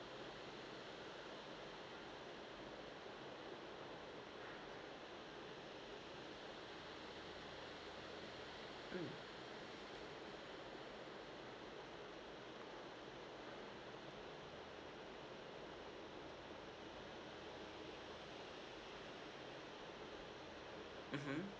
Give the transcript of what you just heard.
mm mmhmm